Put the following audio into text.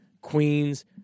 Queens